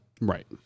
Right